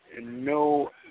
no